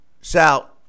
Sal